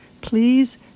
Please